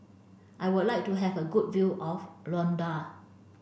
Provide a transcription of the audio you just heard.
I would like to have a good view of Luanda